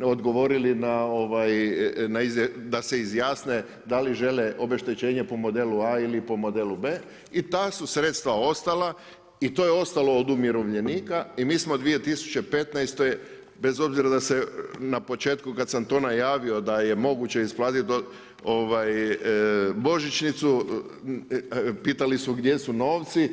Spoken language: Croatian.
odgovorili da se izjasne da li žele obeštećenje po modelu A ili po modelu B. I ta su sredstva ostala i to je ostalo od umirovljenika i mi smo u 2015. bez obzira da se na početku kad sam to najavio da je moguće isplatiti božićnicu, pitali su gdje su novci.